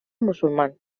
musulmán